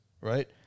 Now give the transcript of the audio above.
right